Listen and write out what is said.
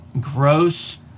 gross